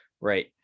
Right